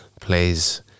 plays